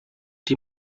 die